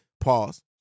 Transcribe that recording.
Pause